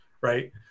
right